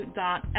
dot